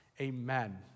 Amen